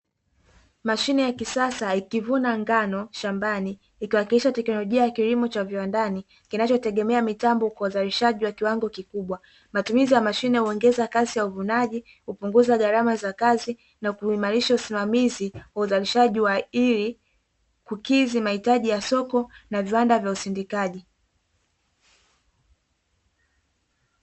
Mashine ya kisasa ikivuna ngano shambani ikiwakilisha teknolojia ya kilimo cha viwandani kinachotegemea mitambo kwa uzalishaji wa kiwango kikubwa, matumizi ya mashine huongeza kasi ya uvunaji kupunguza gharama za kazi na kuimarisha usimamizi wa uzalishaji wa ili kukidhi mahitaji ya soko na viwanda vya usindikaji.